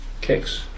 kicks